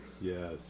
Yes